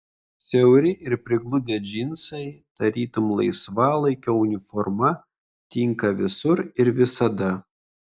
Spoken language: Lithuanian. siauri ir prigludę džinsai tarytum laisvalaikio uniforma tinka visur ir visada